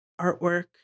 artwork